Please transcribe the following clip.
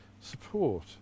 support